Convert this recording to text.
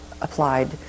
applied